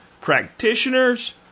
practitioners